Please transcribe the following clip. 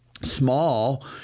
small